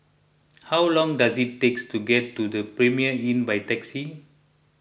how long does it takes to get to the Premier Inn by taxi